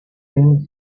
things